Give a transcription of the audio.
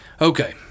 Okay